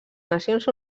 nacions